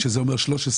שזה אומר 13,000?